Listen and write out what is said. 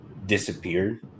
disappeared